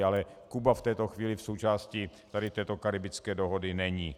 Ale Kuba v této chvíli v součásti tady této karibské dohody není.